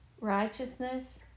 Righteousness